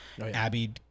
Abby